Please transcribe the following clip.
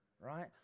right